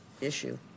issue